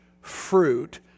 fruit